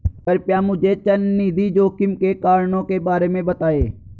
कृपया मुझे चल निधि जोखिम के कारणों के बारे में बताएं